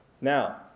Now